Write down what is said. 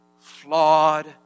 flawed